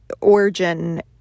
origin